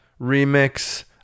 remix